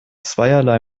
zweierlei